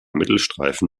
mittelstreifen